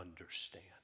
understand